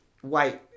Wait